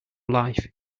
life